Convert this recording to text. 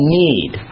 need